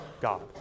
God